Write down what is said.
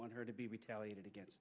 want her to be retaliated against